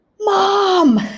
mom